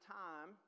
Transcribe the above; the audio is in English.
time